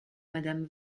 madame